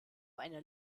einer